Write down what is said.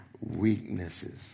weaknesses